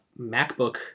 MacBook